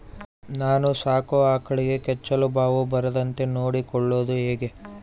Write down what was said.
ನಾನು ಸಾಕೋ ಆಕಳಿಗೆ ಕೆಚ್ಚಲುಬಾವು ಬರದಂತೆ ನೊಡ್ಕೊಳೋದು ಹೇಗೆ?